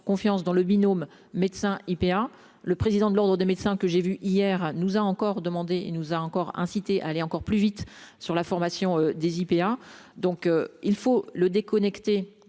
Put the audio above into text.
confiance dans le binôme médecin IPA, le président de l'Ordre des médecins que j'ai vu hier nous a encore demandé, il nous a encore inciter à aller encore plus vite sur la formation des IPA, donc il faut le déconnecter